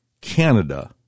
Canada